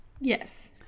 Yes